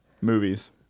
Movies